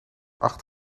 acht